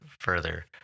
further